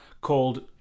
called